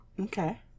Okay